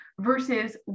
versus